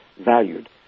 valued